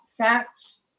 Facts